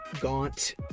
gaunt